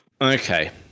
Okay